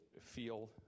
feel